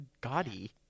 gaudy